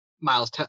miles